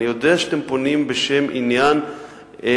אני יודע שאתם פונים בשם עניין נכון.